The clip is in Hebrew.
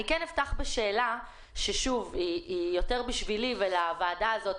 אני כן אפתח בשאלה שהיא יותר עבורי ועבור הוועדה הזאת.